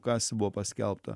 kas buvo paskelbta